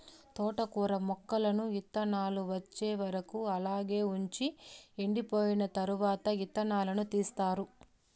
తోటకూర మొక్కలను ఇత్తానాలు వచ్చే వరకు అలాగే వుంచి ఎండిపోయిన తరవాత ఇత్తనాలను తీస్తారు